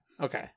Okay